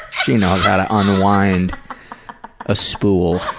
she knows how to unwind a spool,